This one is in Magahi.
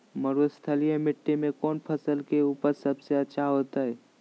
मरुस्थलीय मिट्टी मैं कौन फसल के उपज सबसे अच्छा होतय?